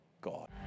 God